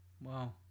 Wow